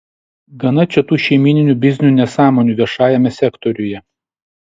gana čia tų šeimyninių biznių nesąmonių viešajame sektoriuje